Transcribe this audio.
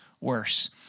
worse